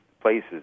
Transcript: places